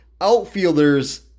outfielders